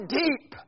deep